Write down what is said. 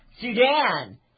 Sudan